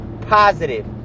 positive